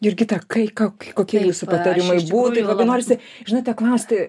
jurgita kai ką kokie jūsų patarimai būtų labai norisi žinote klausti